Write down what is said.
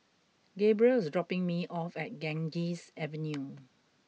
Gabrielle is dropping me off at Ganges Avenue